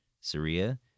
Saria